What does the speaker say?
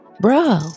bro